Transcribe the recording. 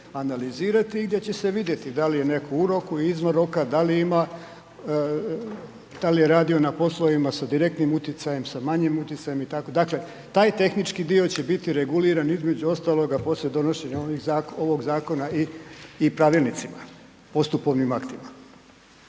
analizirati i gdje će se vidjeti da li netko u roku, izvan roka, da li ima, da li je radio na poslovima sa direktnim utjecajem, sa manjim utjecajem itd. Dakle, taj tehnički dio će biti reguliran između ostaloga poslije donošenja ovog zakona i pravilnicima, postupovnim aktima.